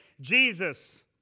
Jesus